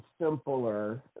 simpler